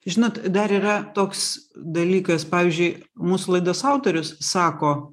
žinot dar yra toks dalykas pavyzdžiui mūsų laidos autorius sako